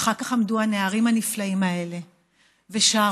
ואחר כך עמדו הנערים הנפלאים האלה ושרו,